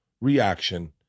reaction